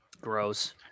gross